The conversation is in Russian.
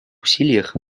усилиях